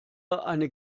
eine